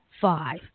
five